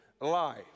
life